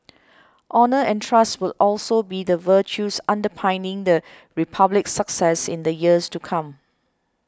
honour and trust will also be the virtues underpinning the Republic's success in the years to come